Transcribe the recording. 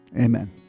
Amen